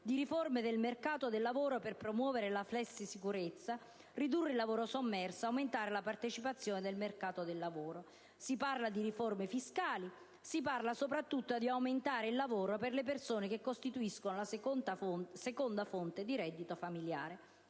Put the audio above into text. di riforma del mercato del lavoro per promuovere la *flexicurity*, ridurre il lavoro sommerso e aumentare la partecipazione nel mercato del lavoro. Si parla di riforme fiscali e, soprattutto, di aumentare il lavoro per le persone che costituiscono la seconda fonte di reddito familiare.